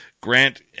Grant